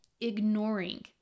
ignoring